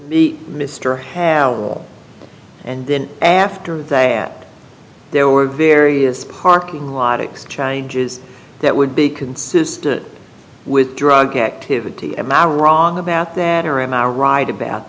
be mr have all and then after that there were various parking lot exchanges that would be consistent with drug activity and i wrong about that or am i right about